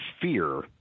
fear